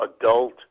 adult